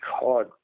God